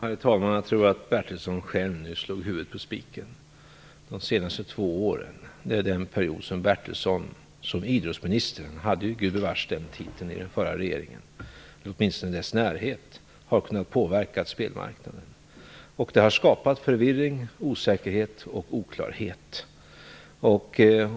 Herr talman! Jag tror att Stig Bertilsson själv nu slog huvudet på spiken. De senaste två åren är den period som Bertilsson som idrottsminister - han hade gudbevars den titeln - i den förra regeringen, eller åtminstone i dess närhet, har kunnat påverkat spelmarknaden. Det har skapat förvirring, osäkerhet och oklarhet.